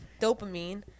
dopamine